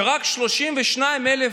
שרק 32,000